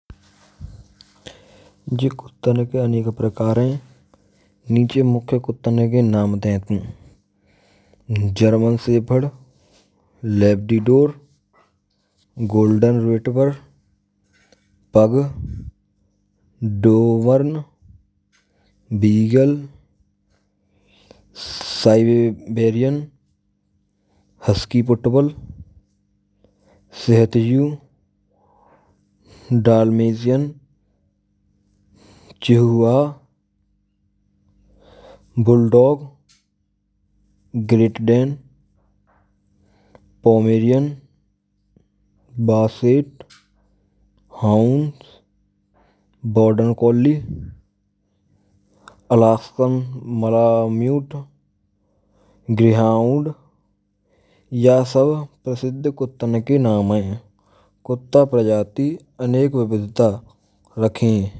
Jee kuttan ke aneko prakaar hai. Niche mukhiya kuttan ke naam deet hay. German shepherd, labdidor, golden ritber, pag, doveran bheegal, saiverian, haskipitbull, sehetjiyu, dalmegian, chehua, bull dog, gratdan, pomerian, basit, howns, border kolli, alaspam mlamiyut, gehaund ya sb prasidh kuttan ka naam hoat hay. Kutta prajati adhik vividhta rakhe.